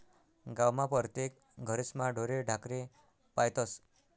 गावमा परतेक घरेस्मा ढोरे ढाकरे पायतस